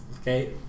okay